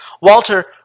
Walter